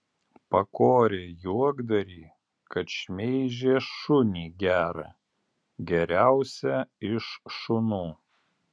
pakorė juokdarį kad šmeižė šunį gerą geriausią iš šunų